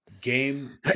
game